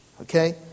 Okay